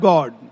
God।